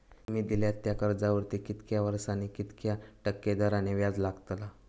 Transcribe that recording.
तुमि दिल्यात त्या कर्जावरती कितक्या वर्सानी कितक्या टक्के दराने व्याज लागतला?